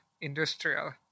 industrial